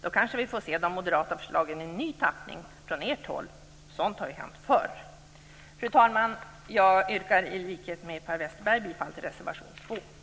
Då kanske vi får se de moderata förslagen i ny tappning från ert håll. Sådant har hänt förr. Fru talman! Jag yrkar i likhet med Per Westerberg bifall till reservation 2.